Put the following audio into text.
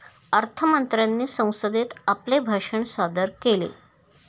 अर्थ मंत्र्यांनी संसदेत आपले भाषण सादर केले